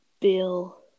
Bill